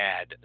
add